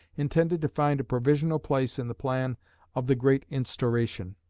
intended to find a provisional place in the plan of the great instauration.